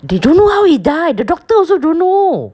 they don't know how he died the doctor also don't know